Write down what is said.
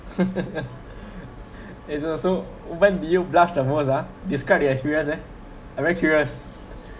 eh joseph when did you blush the most ah describe your experience eh I very curious